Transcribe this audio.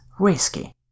Risky